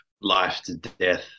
life-to-death